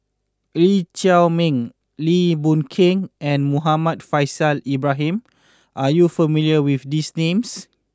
Lee Chiaw Meng Lim Boon Keng and Muhammad Faishal Ibrahim are you not familiar with these names